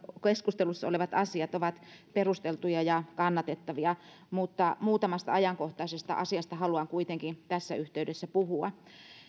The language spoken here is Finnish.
keskustelussa olevat asiat ovat perusteltuja ja kannatettavia mutta muutamasta ajankohtaisesta asiasta haluan kuitenkin tässä yhteydessä puhua